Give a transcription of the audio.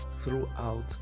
throughout